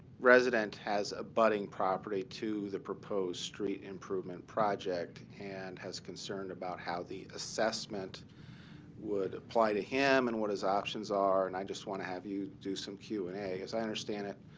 resident has abutting property to the proposed street improvement project and has concern about how the assessment would apply to him and what his options are. and i just want to have you do some q and a. as i understand it,